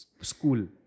school